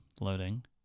loading